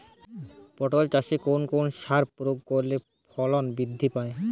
পটল চাষে কোন কোন সার প্রয়োগ করলে ফলন বৃদ্ধি পায়?